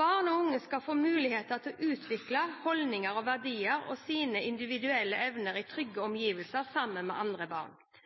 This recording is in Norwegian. Barn og unge skal få muligheter til å utvikle holdninger, verdier og sine individuelle evner i trygge omgivelser sammen med andre barn.